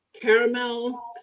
caramel